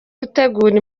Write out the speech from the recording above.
gutegura